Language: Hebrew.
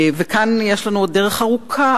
כאן יש לנו עוד דרך ארוכה,